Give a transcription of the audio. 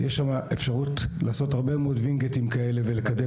יש שם אפשרות לעשות הרבה וינגיטים כאלה ולקדם